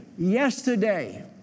Yesterday